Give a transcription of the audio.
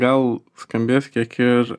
gal skambės kiek ir